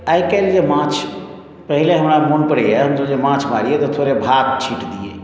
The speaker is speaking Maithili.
आइकाल्हि जे माछ पहिने हमरा मोन पड़ैए हमसभ जे माछ मारियै तऽ थोड़े भात छीटि दियै